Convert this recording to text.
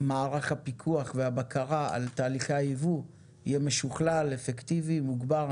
מערך הפיקוח והבקרה על תהליכי היבוא יהיה משוכלל ואפקטיבי ומוגבר.